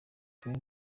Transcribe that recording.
turi